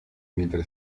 mentre